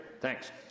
Thanks